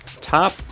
top